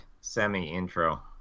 semi-intro